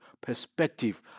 perspective